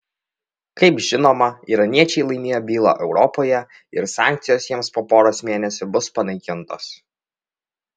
kaip žinoma iraniečiai laimėjo bylą europoje ir sankcijos jiems po poros mėnesių bus panaikintos